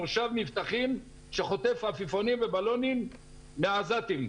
מושב מבטחים שחוטף עפיפונים ובלונים מהעזתים.